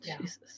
Jesus